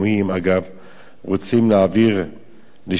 רוצים להעביר לשלטון מיוחד בין-לאומי,